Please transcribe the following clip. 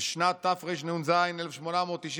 "בשנת תרנ"ז (1897)